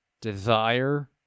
Desire